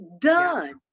done